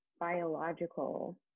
biological